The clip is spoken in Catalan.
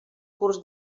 curs